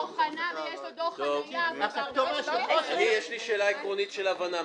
או חנה ויש לו דוח חניה --- יש לי שאלה עקרונית של הבנה.